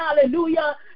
hallelujah